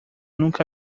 nunca